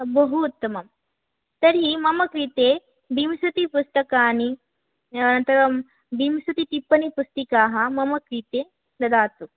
बहु उत्तमं तर्हि मम कृते विंशतिः पुस्तकानि त् विंशतिः टिप्पणीपुस्तिकाः मम कृते ददातु